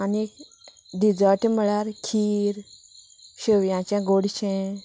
आनीक डिजर्ट म्हळ्यार खीर शेवयांचें गोडशें